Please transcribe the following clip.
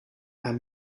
and